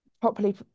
properly